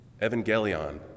Evangelion